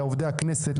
לעובדי הכנסת,